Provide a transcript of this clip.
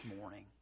morning